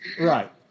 Right